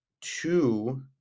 two